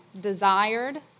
desired